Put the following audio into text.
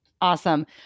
Awesome